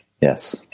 Yes